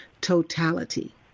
totality